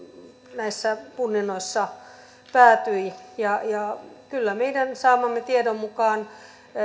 näissä punninnoissa päätyi ja ja kyllä meidän saamamme tiedon mukaan